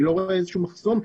אני לא רואה שום מחסום,